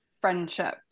friendship